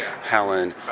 Helen